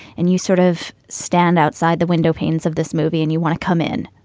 and you sort of stand outside the window panes of this movie and you want to come in.